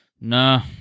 Nah